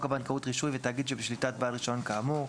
הבנקאות (רישוי) ותאגיד שבשליטת בעל רישיון כאמור.